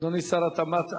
אדוני שר התמ"ת,